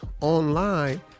online